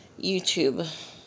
YouTube